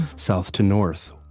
south to north,